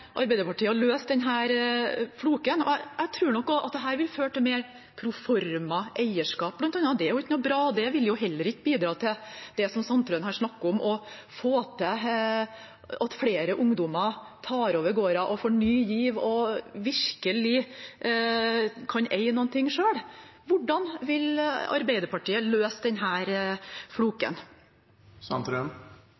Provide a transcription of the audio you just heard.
Arbeiderpartiet å løse denne floken? Jeg tror nok at dette vil føre til mer proformaeierskap, bl.a. Det er ikke noe bra. Det vil jo heller ikke bidra til det som Sandtrøen her snakker om, å få til at flere ungdommer tar over gårder og får ny giv og virkelig kan eie noe selv. Hvordan vil Arbeiderpartiet løse